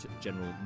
General